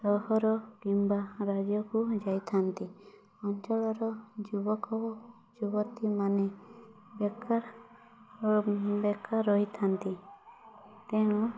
ସହର କିମ୍ବା ରାଜ୍ୟକୁ ଯାଇଥାନ୍ତି ଅଞ୍ଚଳର ଯୁବକ ଓ ଯୁବତୀ ମାନେ ବେକାର ବେକାର ରହିଥାନ୍ତି ତେଣୁ